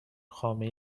خامه